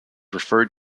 referred